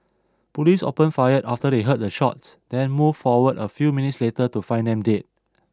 police opened fire after they heard the shots then moved forward a few minutes later to find them dead